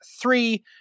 three